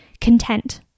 content